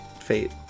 fate